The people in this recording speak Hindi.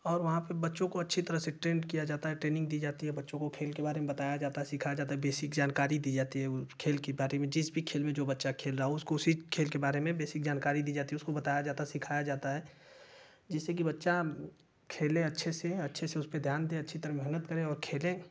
और वहाँ पर बच्चों को अच्छे तरीके से ट्रेंड किया जाता है ट्रेनिग दी जाती है बच्चों को खेल के बारे में बताया जाता है सिखाया जाता है बेसिक जानकारी दी जाती है खेल के बारे मे जिस भी खेल में जो बच्चा खेल रहा है उसको उसी खेल के बारे में बेसिक जानकारी दी जाती है उसको बताया जाता है सिखाया जाता है जिससे बच्चा खेले अच्छे से अच्छे उसपे ध्यान दे अच्छे तरह मेहनत करे और खेले